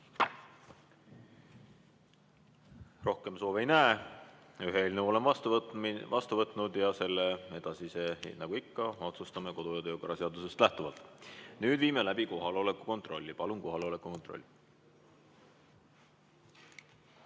Rohkem soove ei näe. Ühe eelnõu olen vastu võtnud ja selle edasise menetlemise, nagu ikka, otsustame kodu‑ ja töökorra seadusest lähtuvalt. Nüüd viime läbi kohaloleku kontrolli. Palun kohaloleku kontroll!